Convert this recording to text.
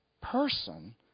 person